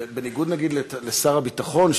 בניגוד לשר הביטחון,